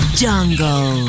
jungle